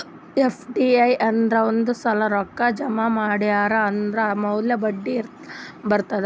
FD ಅಂದುರ್ ಒಂದೇ ಸಲಾ ರೊಕ್ಕಾ ಜಮಾ ಇಡ್ತಾರ್ ಅದುರ್ ಮ್ಯಾಲ ಬಡ್ಡಿ ಬರ್ತುದ್